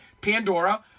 Pandora